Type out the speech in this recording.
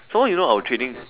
some more you know our training